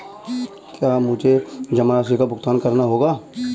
क्या मुझे जमा राशि का भुगतान करना होगा?